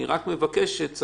לא.